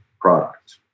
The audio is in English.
product